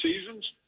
seasons